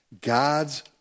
God's